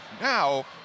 now